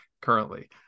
currently